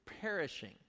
perishing